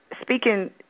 speaking